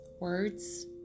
words